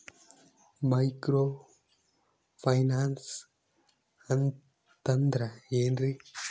Micro finance ಅಂತಂದ್ರ ಏನ್ರೀ?